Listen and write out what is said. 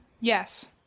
yes